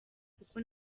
kuko